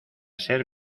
ser